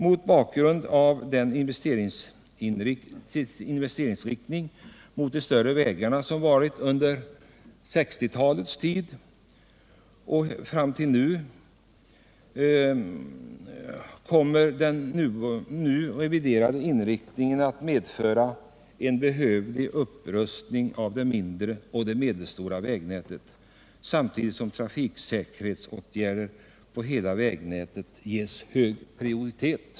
Mot bakgrund av den investeringsinriktning mot de större vägarna som förekommit under 1960-talet och hittills under 1970-talet, kommer den nu reviderade inriktningen att medföra en behövlig upprustning av det mindre och medelstora vägnätet, samtidigt som trafiksäkerhetsåtgärder på hela vägnätet ges hög prioritet.